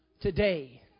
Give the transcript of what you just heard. today